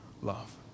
love